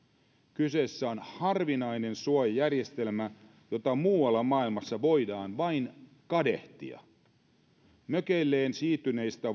kyseessä on harvinainen suojajärjestelmä jota muualla maailmassa voidaan vain kadehtia mökeilleen siirtyneistä